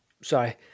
sorry